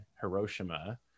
Hiroshima